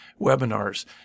webinars